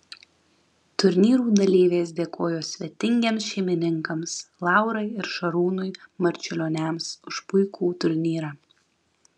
turnyrų dalyvės dėkojo svetingiems šeimininkams laurai ir šarūnui marčiulioniams už puikų turnyrą